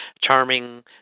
charming